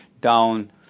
down